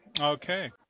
Okay